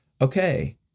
okay